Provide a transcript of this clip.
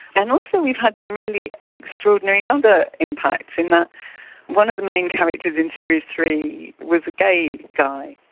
and also we've had some really extraordinary other ah and impacts in that one of the main characters in series three was a gay guy.